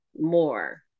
more